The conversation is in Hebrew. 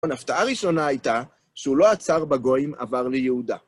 ההפתעה הראשונה הייתה שהוא לא עצר בגויים, עבר ליהודה.